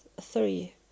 three